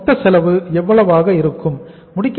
மொத்த செலவு எவ்வளவாக இருந்தது